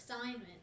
assignment